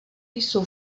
jsou